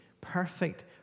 perfect